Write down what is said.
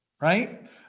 right